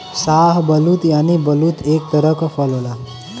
शाहबलूत यानि बलूत एक तरह क फल होला